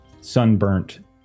sunburnt